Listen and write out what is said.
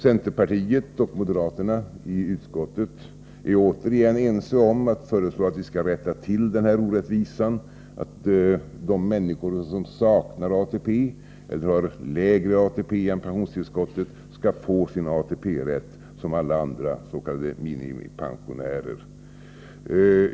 Centerpartiet och moderaterna i utskottet är återigen ense om att föreslå att vi skall rätta till den här orättvisan, att de människor som saknar ATP eller har en ATP som är lägre än pensionstillskottet skall få sin ATP-rätt som alla andra s.k. minimipensionärer.